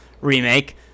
remake